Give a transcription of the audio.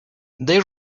they